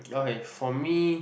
okay for me